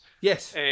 Yes